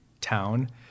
town